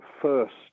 first